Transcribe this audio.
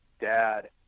dad